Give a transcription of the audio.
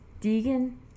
Deegan